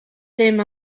ddim